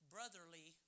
Brotherly